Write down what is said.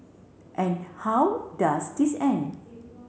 and how does this end